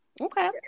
Okay